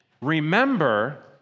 remember